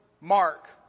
Mark